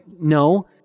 No